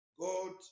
God